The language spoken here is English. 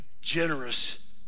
generous